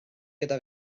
gyda